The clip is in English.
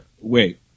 Wait